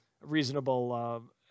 reasonable